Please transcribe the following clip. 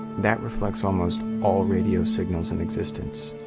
that reflects almost all radio signals in existence.